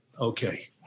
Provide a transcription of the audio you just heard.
okay